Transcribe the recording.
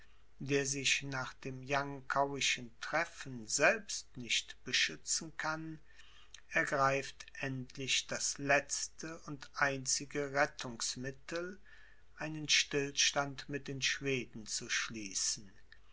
der sich nach dem jankauischen treffen selbst nicht beschützen kann ergreift endlich das letzte und einzige rettungsmittel einen stillstand mit den schweden zu schließen